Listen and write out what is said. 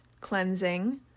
cleansing